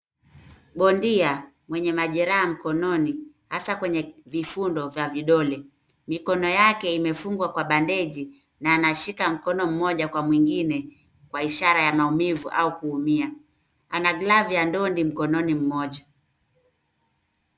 Bondia mwenye majeraha mkononi hasa kwenye vifundo vya vidole. Mikono yake imefungwa kwa bandeji na anashika mkono mmoja kwa mwingine kwa ishara ya maumivu au kuumia. Ana glavu ya ndondi mkononi mmoja.